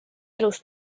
elus